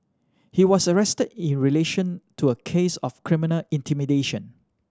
he was arrested in relation to a case of criminal intimidation